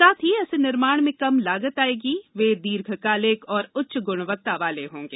साथ ही ऐसे निर्माण में कम लागत आयेगी वे दीर्घकालिक और उच्च गुणवत्ता वाले होंगे